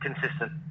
consistent